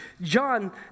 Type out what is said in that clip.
John